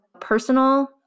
personal